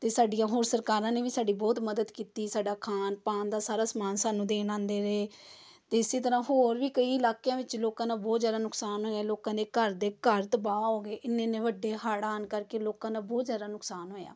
ਅਤੇ ਸਾਡੀਆਂ ਹੋਰ ਸਰਕਾਰਾਂ ਨੇ ਵੀ ਸਾਡੀ ਬਹੁਤ ਮਦਦ ਕੀਤੀ ਸਾਡਾ ਖਾਣ ਪਾਣ ਦਾ ਸਾਰਾ ਸਮਾਨ ਸਾਨੂੰ ਦੇਣ ਆਉਂਦੇ ਰਹੇ ਅਤੇ ਇਸੇ ਤਰ੍ਹਾਂ ਹੋਰ ਵੀ ਕਈ ਇਲਾਕਿਆਂ ਵਿੱਚ ਲੋਕਾਂ ਦਾ ਬਹੁਤ ਜ਼ਿਆਦਾ ਨੁਕਸਾਨ ਹੋਇਆ ਲੋਕਾਂ ਦੇ ਘਰ ਦੇ ਘਰ ਤਬਾਅ ਹੋ ਗਏ ਇੰਨੇ ਇੰਨੇ ਵੱਡੇ ਹੜ੍ਹ ਆਉਣ ਕਰਕੇ ਲੋਕਾਂ ਦਾ ਬਹੁਤ ਜ਼ਿਆਦਾ ਨੁਕਸਾਨ ਹੋਇਆ